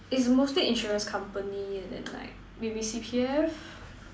is mostly insurance company and then like maybe C_P_F